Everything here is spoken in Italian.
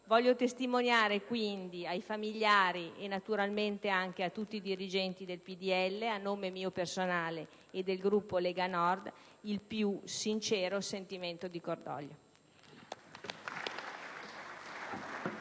voglio testimoniare ai familiari e naturalmente a tutti i dirigenti del PdL, a nome mio personale e del Gruppo Lega Nord, il più sincero sentimento di cordoglio.